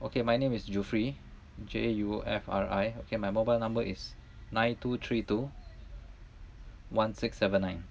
okay my name is jufri J U F R I okay my mobile number is nine two three two one six seven nine